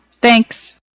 Thanks